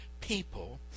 people